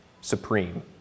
supreme